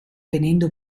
venendo